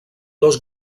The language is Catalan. dos